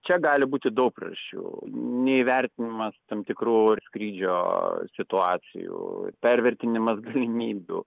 čia gali būti daug priežasčių neįvertinimas tam tikrų ir skrydžio situacijų ir pervertinimas galimybių